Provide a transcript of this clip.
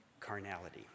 Carnality